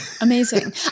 Amazing